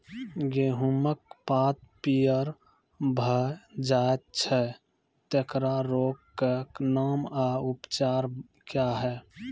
गेहूँमक पात पीअर भअ जायत छै, तेकरा रोगऽक नाम आ उपचार क्या है?